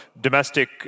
domestic